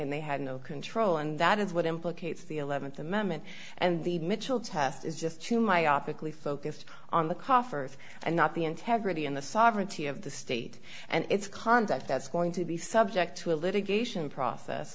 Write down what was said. and they had no control and that is what implicates the eleventh amendment and the mitchell test is just too myopic we focused on the coffers and not the integrity and the sovereignty of the state and its conduct that's going to be subject to a litigation process